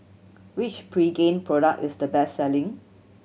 which Pregain product is the best selling